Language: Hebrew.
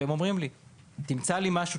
והם אומרים לי: תמצא לי משהו.